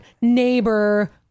neighbor